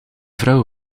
vrouw